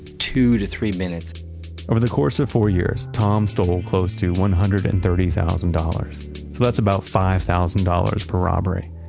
two to three minutes over the course of four years, tom stole close to one hundred and thirty thousand dollars. so that's about five thousand dollars per robbery.